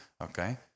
okay